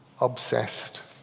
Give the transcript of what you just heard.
obsessed